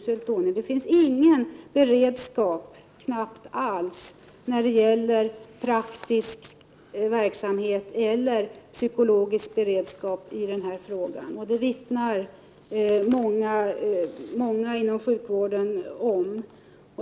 Det finns knappast någon beredskap alls i praktiskt eller psykologiskt hänseende. Det vittnar många inom sjukvården om.